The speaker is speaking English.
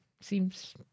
Seems